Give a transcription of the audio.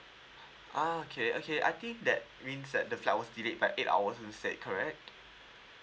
ah okay okay I think that means that the flight was delayed by eight hours is that correct